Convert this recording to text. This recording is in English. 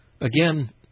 Again